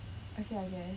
okay I guess